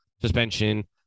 suspension